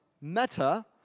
meta